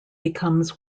becomes